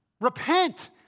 Repent